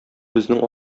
безнең